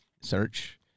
Search